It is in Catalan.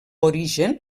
origen